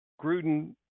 Gruden